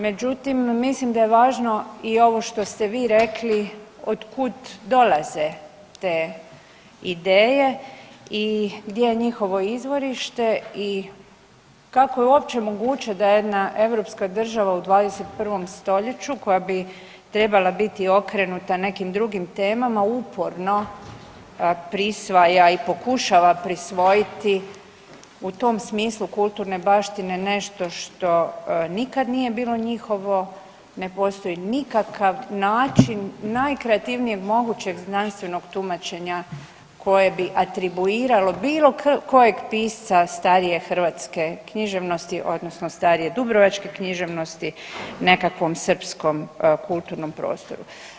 Međutim, mislim da je važno i ovo što ste vi rekli, otkud dolaze te ideje i gdje je njihovo izvorište i kako je uopće moguće da jedna europska država u 21. st. koja bi trebala biti okrenuta nekim drugim temama, uporno prisvaja i pokušava prisvojiti u tom smislu kulturne baštine nešto što nikad nije bilo njihovo, ne postoji nikakav način najkreativnijeg mogućeg znanstvenog tumačenja koje bi atribuiralo bilo kojeg pisca starije hrvatske književnosti, odnosno starije dubrovačke književnosti nekakvom srpskom kulturnom prostoru.